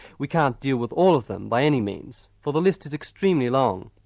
we can't deal with all of them by any means for the list is extremely long,